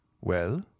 Well